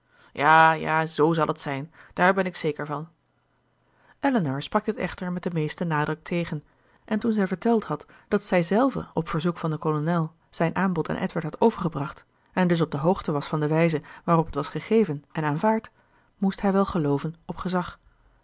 ja ja z zal t zijn daar ben ik zeker van elinor sprak dit echter met den meesten nadruk tegen en toen zij verteld had dat zijzelve op verzoek van den kolonel zijn aanbod aan edward had overgebracht en dus op de hoogte was van de wijze waarop het was gegeven en aanvaard moest hij wel gelooven op gezag